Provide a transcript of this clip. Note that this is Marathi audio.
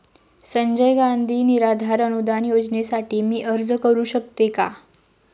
संजय गांधी निराधार अनुदान योजनेसाठी मी अर्ज करू शकते का?